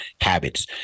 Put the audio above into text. habits